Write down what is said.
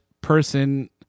person